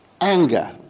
anger